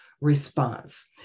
response